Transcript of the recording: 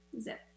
zip